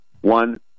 One